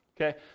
okay